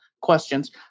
Questions